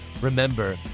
Remember